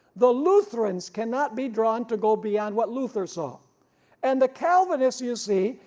the lutherans cannot be drawn to go beyond what luther saw and the calvinists, you see,